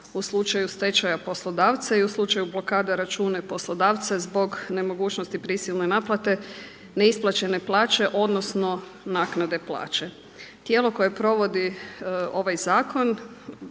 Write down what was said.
u slučaju stečaja poslodavca i u slučaju blokada računa i poslodavca zbog nemogućnosti prisilne naknade, neisplaćene plaće odnosno naknade plaće. Tijelo koje provodi ovaj zakon